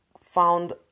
found